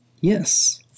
Yes